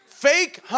Fake